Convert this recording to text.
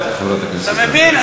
אתה מבין?